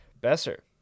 besser